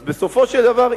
אז בסופו של דבר,